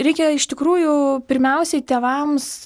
reikia iš tikrųjų pirmiausiai tėvams